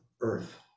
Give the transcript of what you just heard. earth